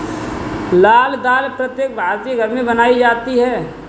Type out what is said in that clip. लाल दाल प्रत्येक भारतीय घर में बनाई जाती है